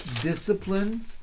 discipline